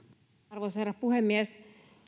arvoisa herra puhemies